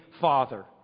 Father